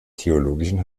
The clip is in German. theologischen